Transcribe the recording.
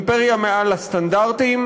אימפריה מעל לסטנדרטים,